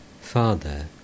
Father